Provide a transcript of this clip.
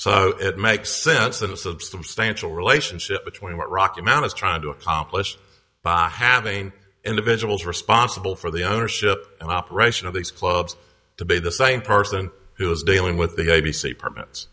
so it makes sense that a substantial relationship between what rocky mount is trying to accomplish by having individuals responsible for the ownership and operation of these clubs to be the same person who is dealing with the a b c permits